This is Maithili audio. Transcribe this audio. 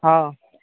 हँ